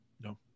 No